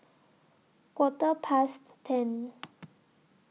Quarter Past ten